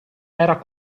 era